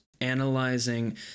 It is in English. analyzing